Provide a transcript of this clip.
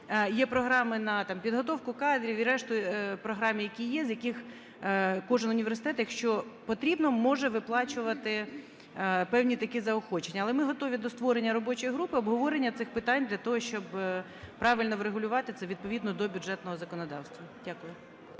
є програми на там підготовку кадрів і решту програм, які є, з яких кожен університет, якщо потрібно, може виплачувати певні такі заохочення. Але ми готові до створення робочої групи обговорення цих питань, для того щоб правильно врегулювати це, відповідно до бюджетного законодавства. Дякую.